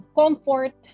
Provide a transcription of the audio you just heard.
comfort